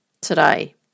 today